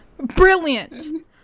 Brilliant